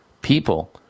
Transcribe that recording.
people